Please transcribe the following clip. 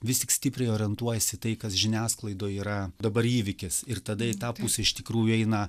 vistik stipriai orientuojasi tai kas žiniasklaidoj yra dabar įvykis ir tada į tą pusę iš tikrųjų eina